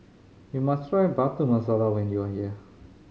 you must try Butter Masala when you are here